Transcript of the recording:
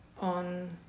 on